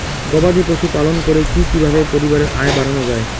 গবাদি পশু পালন করে কি কিভাবে পরিবারের আয় বাড়ানো যায়?